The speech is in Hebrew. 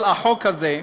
אבל לחוק הזה.